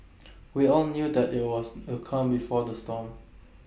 we all knew that IT was the calm before the storm